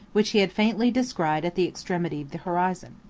which he had faintly descried at the extremity of the horizon.